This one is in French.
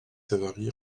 savary